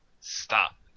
stop